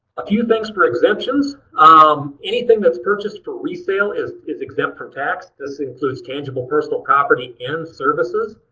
a few things for exemptions, um anything that's purchased for resale is is exempt from tax. this includes tangible personal property and services.